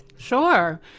sure